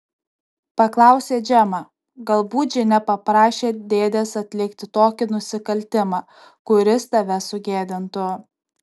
paklausė džemą galbūt džine paprašė dėdės atlikti tokį nusikaltimą kuris tave sugėdintų